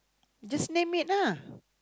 just name it lah